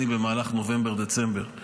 במהלך נובמבר-דצמבר אני